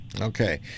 Okay